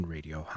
Radio